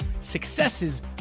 successes